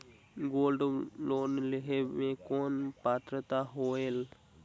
Gold loan लेहे के कौन पात्रता होएल?